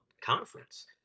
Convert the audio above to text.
conference